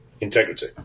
integrity